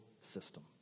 system